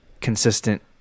consistent